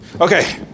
Okay